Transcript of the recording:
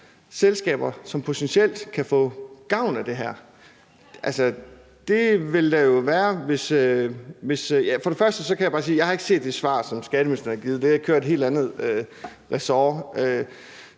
selskaber, som potentielt kan få gavn af det her? Det vil der jo være. Først og fremmest kan jeg bare sige, at jeg ikke har set det svar, som skatteministeren har givet. Det har kørt i et helt andet ressort.